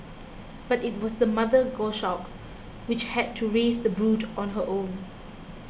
but it was the mother goshawk which had to raise the brood on her own